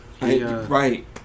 Right